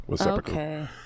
Okay